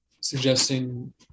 suggesting